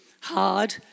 hard